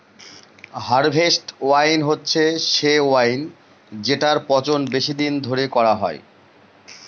harvest wine হচ্ছে সে wine যেটার পচন বেশি দিন ধরে করা হয়